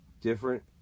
Different